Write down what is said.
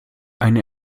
eine